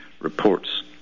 reports